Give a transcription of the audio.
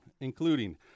including